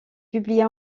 publia